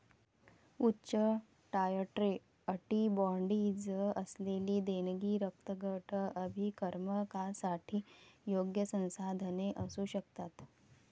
उच्च titre antibodies असलेली देणगी रक्तगट अभिकर्मकांसाठी योग्य संसाधने असू शकतात